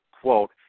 quote